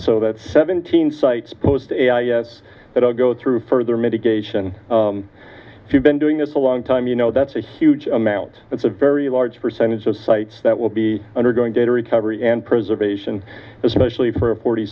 so that seventeen sites post a yes that i'll go through further mitigation if you've been doing this a long time you know that's a huge amount that's a very large percentage of sites that will be undergoing data recovery and preservation especially for a forty